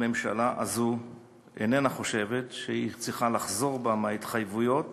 הממשלה הזו איננה חושבת שהיא צריכה לחזור בה מההתחייבויות